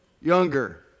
Younger